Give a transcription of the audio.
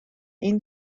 این